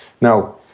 Now